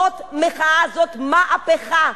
זאת מחאה, זאת מהפכה,